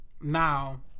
Now